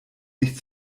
nicht